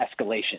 escalation